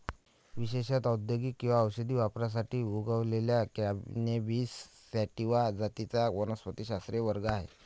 विशेषत औद्योगिक किंवा औषधी वापरासाठी उगवलेल्या कॅनॅबिस सॅटिवा जातींचा वनस्पतिशास्त्रीय वर्ग आहे